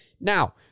Now